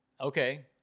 Okay